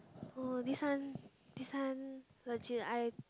oh this one this one legit I